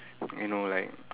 you know like